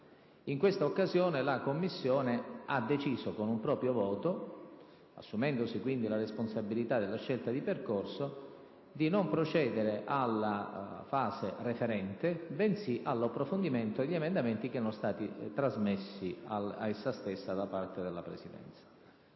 In questa occasione la Commissione ha deciso con un proprio voto, assumendosi quindi la responsabilità della scelta di percorso, di non procedere alla fase referente bensì ad un approfondimento di emendamenti che erano stati trasmessi ad essa da parte della Presidenza.